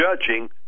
judging